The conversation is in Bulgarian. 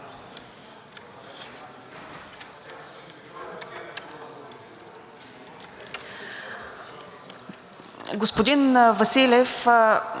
Господин Василев,